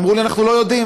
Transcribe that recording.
אמרו לי: אנחנו לא יודעים,